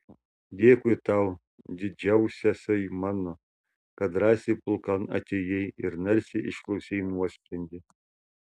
dėkui tau didžiausiasai mano kad drąsiai pulkan atėjai ir narsiai išklausei nuosprendį